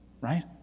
Right